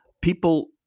People